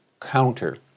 counter